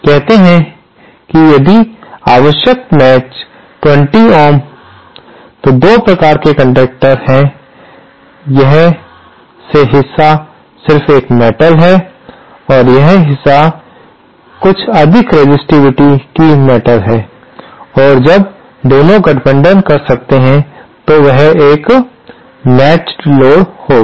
कहते हैं कि यदि आवश्यक मेचड़ 20 ओम तो दो प्रकार के कंडक्टर हैं यह से हिस्सा सिर्फ एक मेटल है और यह हिस्सा कुछ अधिक रेसिस्टिविटी की मेटल है और जब दोनों गठबंधन कर सकते हैं तो वह एक मेचड़ लोड होगा